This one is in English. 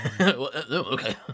Okay